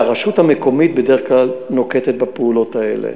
והרשות המקומית בדרך כלל נוקטת את הפעולות האלה.